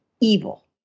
evil